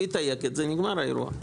הוא יתייק את זה, נגמר האירוע.